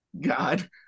God